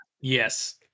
yes